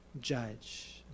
judge